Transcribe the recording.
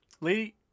lady